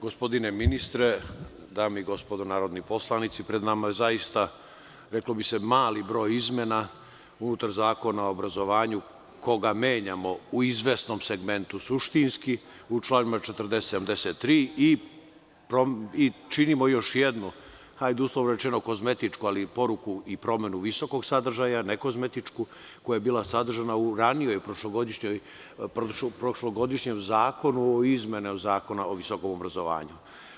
Gospodine ministre, dame i gospodo narodni poslanici, pred nama je zaista, reklo bi se mali broj izmena unutar Zakona o obrazovanju koga menjamo u izvesnom segmentu, suštinski u članovima 40, 73. i činimo još jednu, hajde uslovno rečeno kozmetičku, ali poruku i promenu visokog sadržaja, ne kozmetičku koja je bila sadržana u ranijem prošlogodišnjem zakonu i izmenama Zakona o visokom obrazovanju.